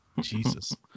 Jesus